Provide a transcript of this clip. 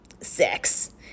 Sex